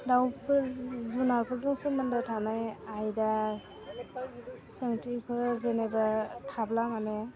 दाउफोर जुनारफोरजों सोमोन्दो थानाय आयदा सोंथिफोर जेनेबा थाब्ला माने